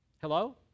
Hello